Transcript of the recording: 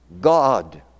God